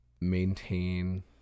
maintain